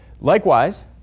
Likewise